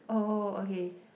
oh okay